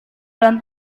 dan